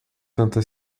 tanta